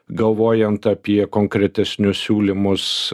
galvojant apie konkretesnius siūlymus